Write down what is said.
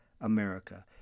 America